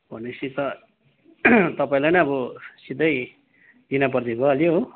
भनेपछि त तपाईँलाई नै अब सिधै चिनापर्ची भइहाल्यो हो